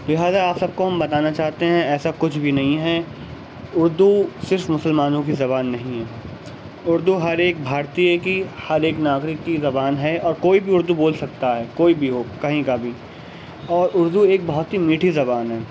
لہٰذا آپ سب کو ہم بتانا چاہتے ہیں ایسا کچھ بھی نہیں ہے اردو صرف مسلمانوں کی زبان نہیں ہے اردو ہر ایک بھارتیہ کی ہر ایک ناگرک کی زبان ہے اور کوئی بھی اردو بول سکتا ہے کوئی بھی ہو کہیں کا بھی اور اردو ایک بہت ہی میٹھی زبان ہے